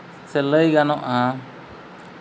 ᱥᱮ ᱞᱟᱹᱭ ᱜᱟᱱᱚᱜᱼᱟ